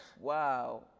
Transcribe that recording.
wow